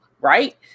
right